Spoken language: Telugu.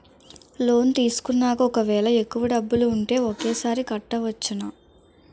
లోన్ తీసుకున్నాక ఒకవేళ ఎక్కువ డబ్బులు ఉంటే ఒకేసారి కట్టవచ్చున?